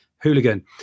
Hooligan